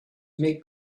make